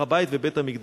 אל הר-הבית ובית-המקדש.